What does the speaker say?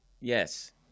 Yes